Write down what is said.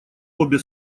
обе